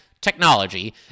Technology